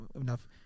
enough